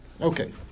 Okay